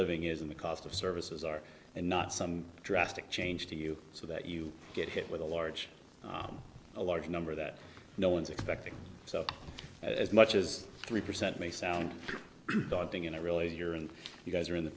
living is and the cost of services are and not some drastic change to you so that you get hit with a large a large number that no one's expecting so as much as three percent may sound daunting and it really here and you guys are in the